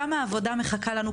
כמה עבודה מחכה לנו,